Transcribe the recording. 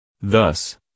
Thus